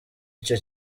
icyo